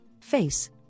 face